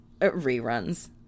Reruns